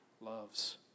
loves